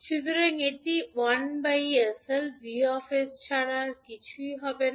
সুতরাং এটি 1 𝑠𝐿 V 𝑠 ছাড়া আর কিছুই হবে না